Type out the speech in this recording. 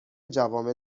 جوامع